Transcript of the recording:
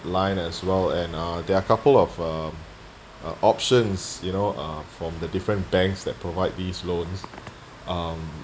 line as well and uh there are a couple of um uh options you know uh from the different banks that provide these loans um